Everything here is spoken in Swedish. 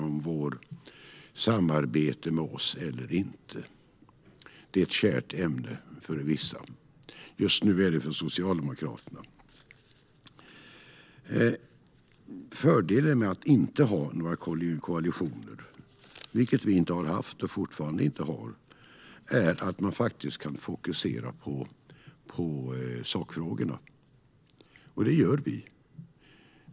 Det är ett kärt ämne för vissa, just nu för Socialdemokraterna. Fördelen med att inte ha några koalitioner, vilket vi inte har haft och fortfarande inte har, är att man faktiskt kan fokusera på sakfrågorna. Det gör vi.